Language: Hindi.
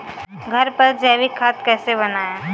घर पर जैविक खाद कैसे बनाएँ?